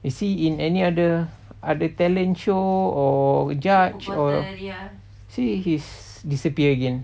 is he in any other the talent show or judge or see he's disappeared again